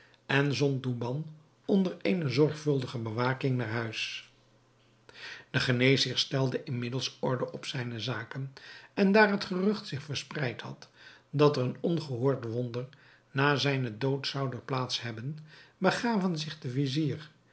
en zond douban onder eene zorgvuldige bewaking naar huis de geneesheer stelde inmiddels orde op zijne zaken en daar het gerucht zich verspreid had dat er een ongehoord wonder na zijnen dood zoude plaats hebben begaven zich de vizier